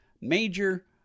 major